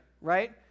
right